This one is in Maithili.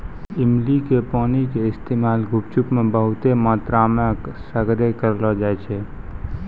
इमली के पानी के इस्तेमाल गुपचुप मे बहुते मात्रामे सगरे करलो जाय छै